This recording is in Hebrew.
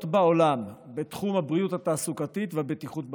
בעולם בתחום הבריאות התעסוקתית והבטיחות בעבודה.